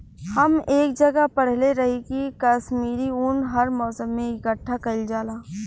हम एक जगह पढ़ले रही की काश्मीरी उन हर मौसम में इकठ्ठा कइल जाला